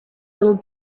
little